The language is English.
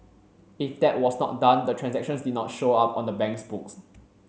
if that was not done the transactions did not show up on the bank's books